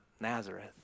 Nazareth